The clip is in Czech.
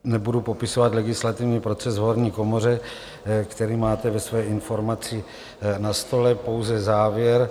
Nebudu popisovat legislativní proces v horní komoře, který máte ve svých informacích na stole, pouze závěr.